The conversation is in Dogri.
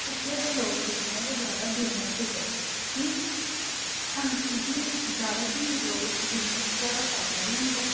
इत्थे दे लोक जेह्के ऐ ओह् ज्यादा बिजनेस ही करदे कि हां कि के ज्यादा कि लोग बिजनेस ज्यादा पैसा बी होंदा ऐ